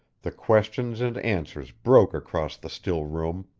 the questions and answers broke across the still room.